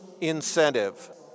incentive